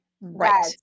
Right